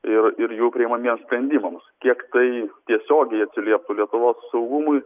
ir ir jų priimamiems sprendimams kiek tai tiesiogiai atsilieptų lietuvos saugumui